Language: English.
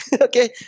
Okay